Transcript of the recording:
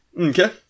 okay